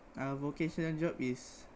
uh vocational job is